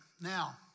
Now